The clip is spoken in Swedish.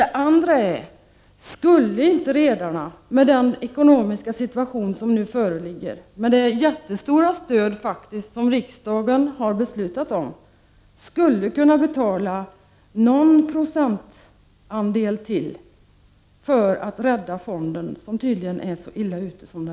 Den andra frågan är: Skulle inte redarna med den ekonomiska situation som nu föreligger och med det jättestora stöd som riksdagen faktiskt har beslutat om kunna betala någon procentandel ytterligare för att rädda fonden, som tydligen är så illa ute?